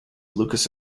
lucas